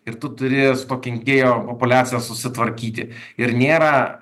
ir tu turi su to kenkėjo populiacija susitvarkyti ir nėra